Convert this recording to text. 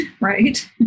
right